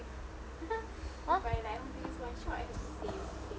!huh!